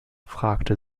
fragte